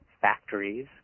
factories